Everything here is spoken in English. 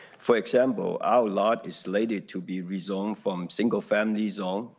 for example, our lot is slated to be rezoned from single-family zone,